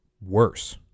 worse